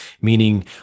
meaning